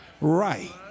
right